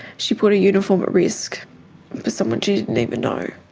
she put her uniform at risk for someone she didn't even know.